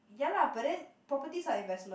ya lah but then properties are investment